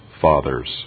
fathers